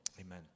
Amen